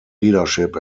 leadership